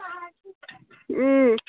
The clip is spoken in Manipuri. ꯎꯝ